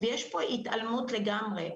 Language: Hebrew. ויש פה התעלמות לגמרי.